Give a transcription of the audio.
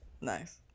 Nice